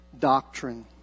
Doctrine